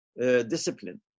discipline